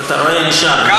אתה רואה, נשאר, נשאר.